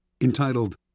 Entitled